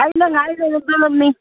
ꯑꯩꯅ ꯍꯥꯏꯗꯨꯅ ꯐꯔꯃꯤ